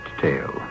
tale